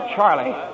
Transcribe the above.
Charlie